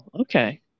okay